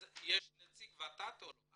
אז יש נציג ות"ת או לא?